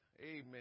Amen